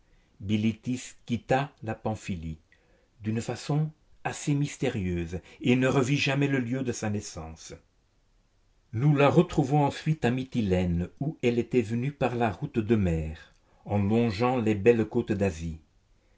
bilitis quitta la pamphylie d'une façon assez mystérieuse et ne revit jamais le lieu de sa naissance nous la retrouvons ensuite à mytilène où elle était venue par la route de mer en longeant les belles côtes d'asie